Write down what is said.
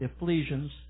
Ephesians